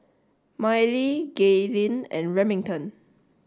Mylie Gaylene and Remington